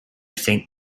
saint